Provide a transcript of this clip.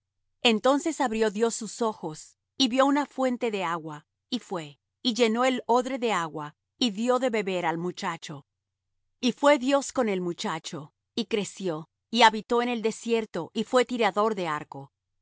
entonces abrió dios sus ojos y vió una fuente de agua y fué y llenó el odre de agua y dió de beber al muchacho y fué dios con el muchacho y creció y habitó en el desierto y fué tirador de arco